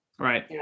Right